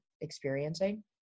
experiencing